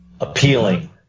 appealing